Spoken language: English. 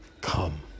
come